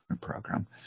program